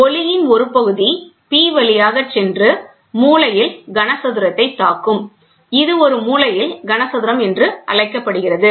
ஒளியின் ஒரு பகுதி P வழியாகச் சென்று மூலையில் கனசதுரத்தைத் தாக்கும் இது ஒரு மூலையில் கன சதுரம் என்று அழைக்கப்படுகிறது